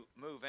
move